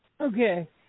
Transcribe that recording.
Okay